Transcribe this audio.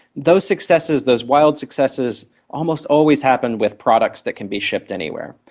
those successes, those wild successes almost always happen with products that can be shipped anywhere.